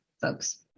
folks